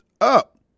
up